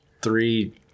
three